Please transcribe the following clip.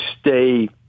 stay